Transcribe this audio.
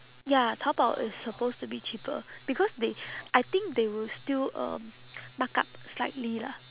ya taobao is supposed to be cheaper because they I think they will still um mark up slightly lah